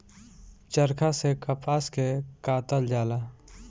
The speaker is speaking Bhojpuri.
चरखा से कपास के कातल जाला